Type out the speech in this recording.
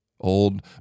old